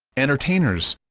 entertainers